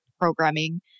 programming